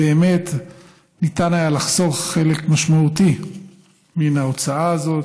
באמת ניתן היה לחסוך חלק משמעותי מן ההוצאה הזאת,